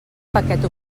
paquet